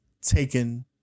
taken